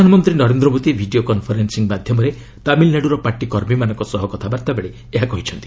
ପ୍ରଧାନମନ୍ତ୍ରୀ Narendra Modi video conferencing ମାଧ୍ୟମରେ ତାମିଲନାଡ଼ୁର ପାର୍ଟି କର୍ମୀମାନଙ୍କ ସହ କଥାବାର୍ତ୍ତା ବେଳେ ଏହା କହିଛନ୍ତି